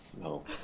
No